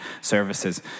services